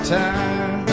time